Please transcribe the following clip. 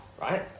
right